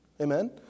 Amen